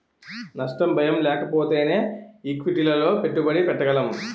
నష్ట భయం లేకపోతేనే ఈక్విటీలలో పెట్టుబడి పెట్టగలం